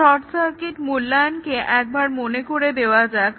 short circuit মূল্যায়নকে একবার মনে করে নেওয়া যাক